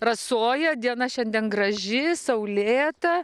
rasoja diena šiandien graži saulėta